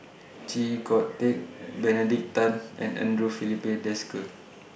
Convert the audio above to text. Chee Kong Tet Benedict Tan and Andre Filipe Desker